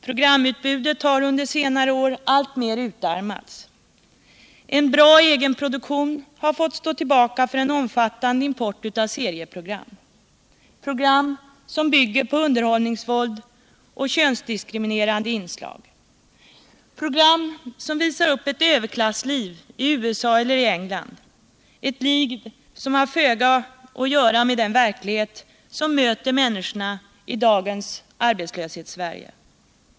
Programutbudet har under senare år alltmer utarmats. En bra egenproduktion har fått stå tillbaka för en omfattande import av serieprogram, program som bygger på underhållningsvåld och könsdiskriminerande inslag, program som visar upp ett överklassliv i USA eller England — ett liv som har föga att göra med den verklighet som möter människorna i dagens Arbetslöshetssverige.